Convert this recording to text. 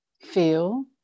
feel